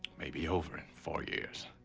may be over in four years.